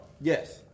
Yes